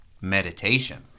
meditation